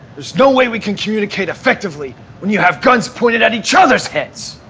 there's no way we can communicate effectively when you have guns pointed at each other's heads